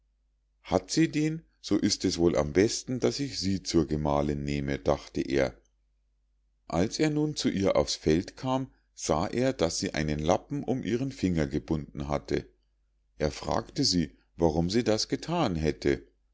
hat sie den so ist es wohl am besten daß ich sie zur gemahlinn nehme dachte er als er nun zu ihr auf's feld kam sah er daß sie einen lappen um ihren finger gebunden hatte er fragte sie warum sie das gethan hätte